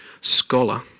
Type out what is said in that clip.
scholar